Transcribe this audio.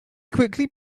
quickly